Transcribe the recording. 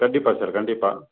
கண்டிப்பாக சார் கண்டிப்பாக